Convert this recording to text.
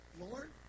Lord